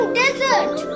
desert